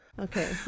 Okay